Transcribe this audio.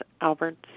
Albert's